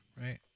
right